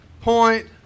point